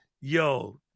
yo